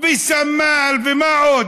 וסמל ומה עוד,